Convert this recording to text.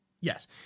Yes